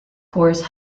course